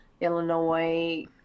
Illinois